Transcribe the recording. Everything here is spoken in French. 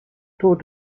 taux